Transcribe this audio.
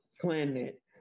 planet